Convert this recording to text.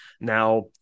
now